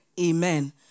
Amen